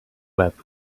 wept